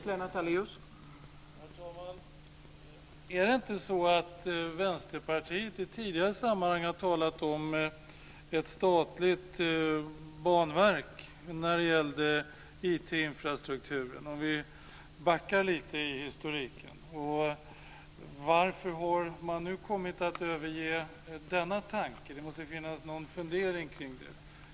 Herr talman! Är det inte så att Vänsterpartiet i ett tidigare sammanhang har talat om ett statligt banverk när det gäller IT-infrastrukturen? Vi kan kanske backa lite i historiken. Varför har man övergett denna tanke? Det måste finnas någon fundering kring det.